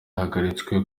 yahagaritswe